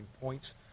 points